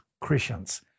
Christians